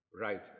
right